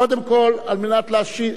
קודם כול על מנת להשיב,